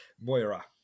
Moira